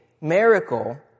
miracle